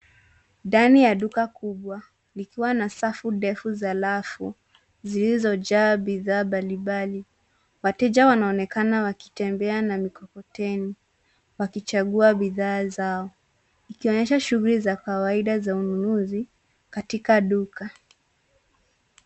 Ndani ya duka kubwa, likiwa na safu ndefu za rafu, zilizojaa bidhaa mbali mbali. Wateja wanaonekana wakitembea na mikokoteni, wakichagua bidhaa zao, ikionyesha shughuli za kawaida za ununuzi, katika duka.